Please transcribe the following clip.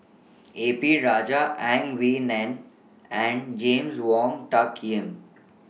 A P Rajah Ang Wei Neng and James Wong Tuck Yim